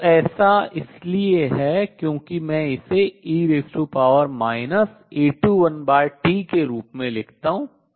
तो ऐसा इसलिए है क्योंकि मैं इसे e A21t के रूप में लिख सकता हूँ